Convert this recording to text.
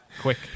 quick